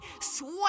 sweat